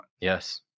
Yes